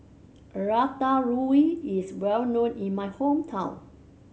ratatouille is well known in my hometown